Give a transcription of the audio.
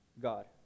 God